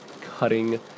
cutting